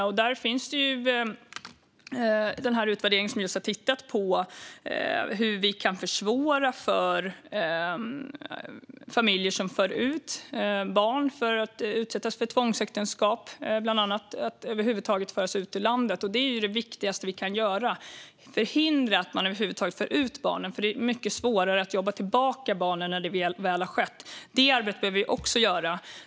Där kommer denna utvärdering att finnas med, som just har tittat på hur vi kan försvåra för familjer som för ut barn för att utsätta dem för exempelvis tvångsäktenskap att över huvud taget föra ut barnen ur landet. Att förhindra att man över huvud taget för ut barnen är det viktigaste vi kan göra. Det är mycket svårare att jobba tillbaka barnen när det väl har skett. Det arbetet behöver vi också göra.